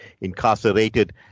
incarcerated